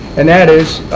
and that is